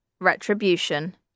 Retribution